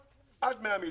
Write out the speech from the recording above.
מ-300,000 עד 100 מיליון.